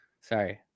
Sorry